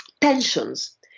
tensions